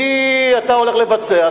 אתה הולך לבצע,